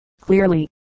clearly